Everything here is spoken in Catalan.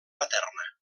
materna